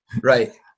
Right